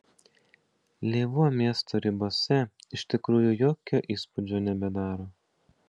lėvuo miesto ribose iš tikrųjų jokio įspūdžio nebedaro